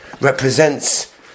represents